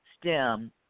stem